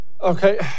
Okay